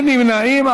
אין נמנעים.